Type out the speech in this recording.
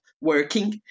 working